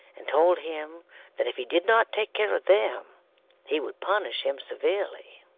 and told him that if he did not take care of them he would punish him severely.